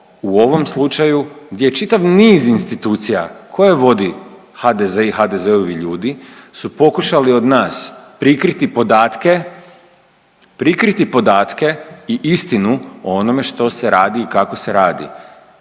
u ovom slučaju gdje čitav niz institucija koje vodi HDZ i HDZ-ovi ljudi su pokušali od nas prikriti podatke, prikriti podatke i istinu o onome što se radi i kako se radi